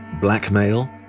Blackmail